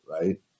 right